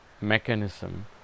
mechanism